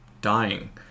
dying